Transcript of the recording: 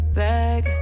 bag